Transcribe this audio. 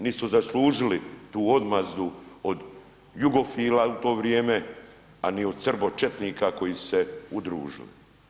Nisu zaslužili tu odmazdu od jugofila u to vrijeme, a ni od srbočetnika koji su se udružili.